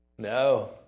No